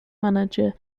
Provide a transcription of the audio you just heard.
manager